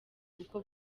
uko